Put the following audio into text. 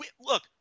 Look